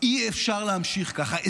אי-אפשר להמשיך ככה.